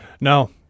No